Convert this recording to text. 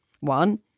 One